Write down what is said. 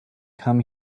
come